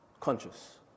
conscious